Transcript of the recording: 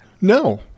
No